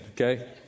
okay